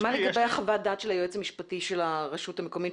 מה לגבי חוות הדעת של היועץ המשפטי של הרשות המקומית,